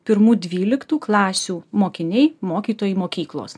pirmų dvyliktų klasių mokiniai mokytojai mokyklos